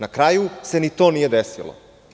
Na kraju se ni to nije desilo.